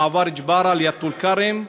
מעבר ג'בארה ליד טול-כרם,